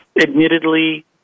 admittedly